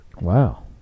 Wow